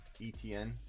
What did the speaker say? ETN